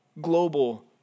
global